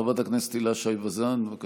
חברת הכנסת הילה שי וזאן, בבקשה.